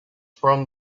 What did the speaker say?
from